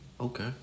Okay